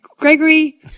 Gregory